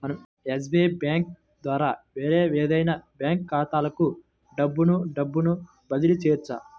మనం SBI bank ద్వారా వేరే ఏదైనా బ్యాంక్ ఖాతాలకు డబ్బును డబ్బును బదిలీ చెయ్యొచ్చు